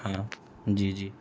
ہاں جی جی